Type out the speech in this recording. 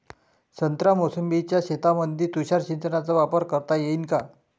संत्रा मोसंबीच्या शेतामंदी तुषार सिंचनचा वापर करता येईन का?